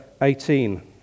18